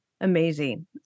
Amazing